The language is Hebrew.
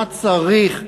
מה צריך?